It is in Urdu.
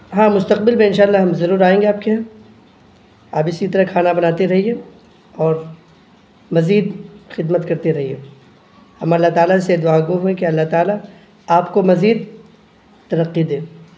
ہاں مستقبل میں ان شاء اللہ ہم ضرور آئیں گے آپ کے یہاں آپ اسی طرح کھانا بناتے رہیے اور مزید خدمت کرتے رہیے ہم اللہ تعالیٰ سے دعا گو ہیں کہ اللہ تعالیٰ آپ کو مزید ترقی دے